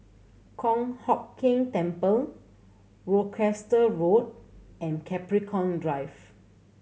Kong Hock Keng Temple Worcester Road and Capricorn Drive